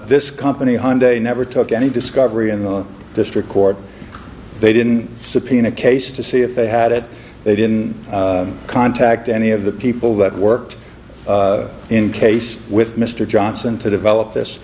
this company hyundai never took any discovery in the district court they didn't subpoena case to see if they had it they didn't contact any of the people that worked in case with mr johnson to develop this